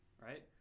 Right